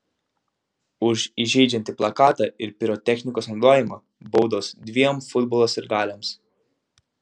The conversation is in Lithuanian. už įžeidžiantį plakatą ir pirotechnikos naudojimą baudos dviem futbolo sirgaliams